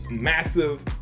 massive